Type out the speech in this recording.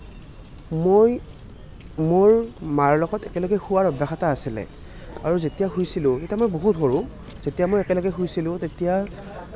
মই মোৰ মাৰ লগত একেলগে শোৱাৰ অভ্যাস এটা আছিলে আৰু যেতিয়া শুইছিলোঁ তেতিয়া মই বহুত সৰু যেতিয়া মই একেলগে শুইছিলোঁ তেতিয়া